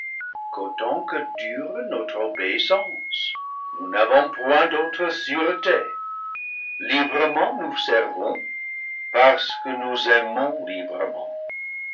qu'autant que dure notre obéissance nous n'avons point d'autre sûreté librement nous servons parce que nous aimons librement